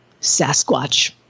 Sasquatch